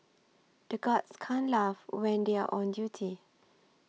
the guards can't laugh when they are on duty